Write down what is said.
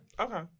Okay